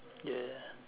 ya